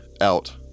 out